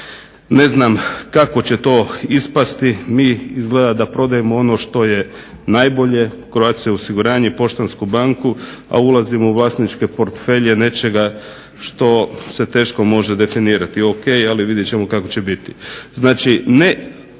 ne znam kako će to ispasti. Mi izgleda da prodajemo ono što je najbolje, Croatia osiguranje, Poštansku banku, a ulazimo u vlasničke portfelje nečega što se teško može definirati. Ok, ali vidjet ćemo kako će biti.